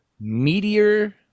Meteor